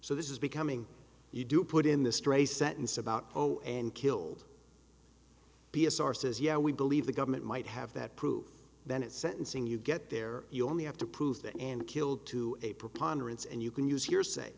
so this is becoming you do put in the stray sentence about zero and killed p s r says yeah we believe the government might have that prove that it sentencing you get there you only have to prove that and killed to a preponderance and you can use hearsay